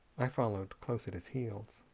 i followed close at his heels.